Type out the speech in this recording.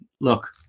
look